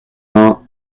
vin